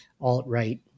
alt-right